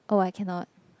oh I cannot